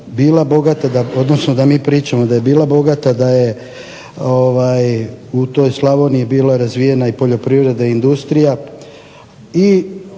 bila bogata, odnosno da mi pričamo da je bila bogata, da je u toj Slavoniji bila razvijena i poljoprivreda i industrija,